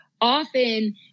often